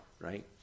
right